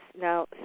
Now